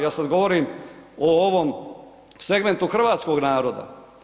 Ja sad govorim o ovom segmentu hrvatskog naroda.